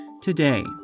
Today